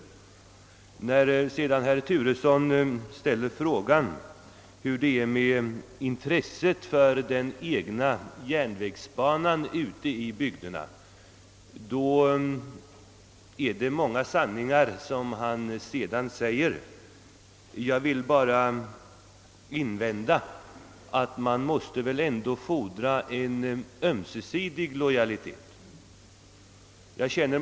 Herr Turesson undrade vidare hur det är med intresset för den egna järnvägsbanan ute i bygderna. Man måste väl ändå, herr Turesson, fordra en ömsesidig lojalitet.